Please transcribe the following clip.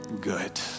good